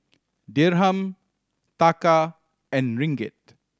Dirham Taka and Ringgit